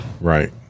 Right